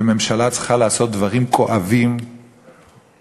וממשלה צריכה לעשות דברים כואבים וארוכים,